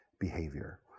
behavior